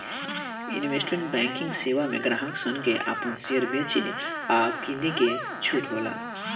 investment banking सेवा में ग्राहक सन के आपन शेयर बेचे आ किने के छूट होला